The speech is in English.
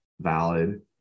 valid